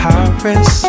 Paris